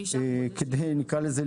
נקרא לזה,